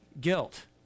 Guilt